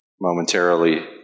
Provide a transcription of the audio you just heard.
momentarily